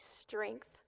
strength